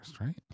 right